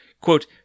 quote